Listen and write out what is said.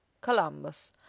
columbus